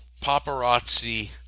paparazzi